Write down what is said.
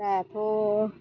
दाथ'